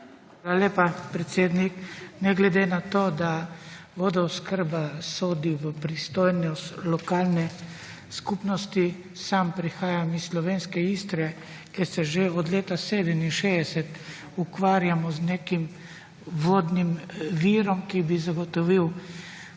Hvala lepa, predsednik. Ne glede na to, da vodooskrba sodi v pristojnost lokalne skupnosti, sam prihajaj iz slovenke Istre, kjer se že od leta 1967 ukvarjamo z nekim vodnim virom, ki bi zagotovil